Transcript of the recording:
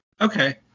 Okay